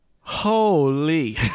Holy